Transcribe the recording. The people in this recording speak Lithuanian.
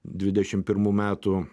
dvidešim pirmų metų